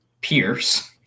Pierce